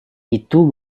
itu